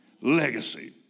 Legacy